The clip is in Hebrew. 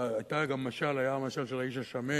היה גם משל, היה המשל של האיש השמן